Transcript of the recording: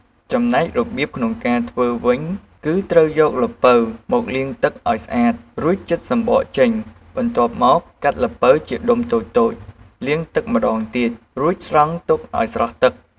ចំណែករបៀបក្នុងការធ្វើវិញគឺ ត្រូវយកល្ពៅមកលាងទឹកឲ្យស្អាត រួចចិតសំបកចេញ បន្ទាប់មកកាត់ល្ពៅជាដុំតូចៗ លាងទឹកម្តងទៀត រួចស្រង់ទុកឲ្យស្រក់ទឹក។